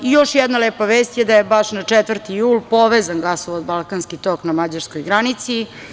Još jedna lepa vest je da je baš na 4. jul povezan gasovod „Balkanski tok“ na mađarskoj granici.